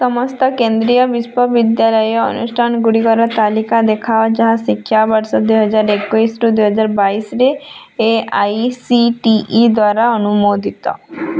ସମସ୍ତ କେନ୍ଦ୍ରୀୟ ବିଶ୍ୱବିଦ୍ୟାଳୟ ଅନୁଷ୍ଠାନ ଗୁଡ଼ିକର ତାଲିକା ଦେଖାଅ ଯାହା ଶିକ୍ଷାବର୍ଷ ଦୁଇ ହଜାର ଏକୋଇଶରୁ ଦୁଇ ହଜାର ବାଇଶରେ A I C T E ଦ୍ଵାରା ଅନୁମୋଦିତ